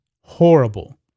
horrible